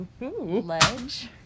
ledge